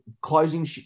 closing